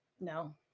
No